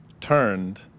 turned